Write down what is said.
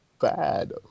bad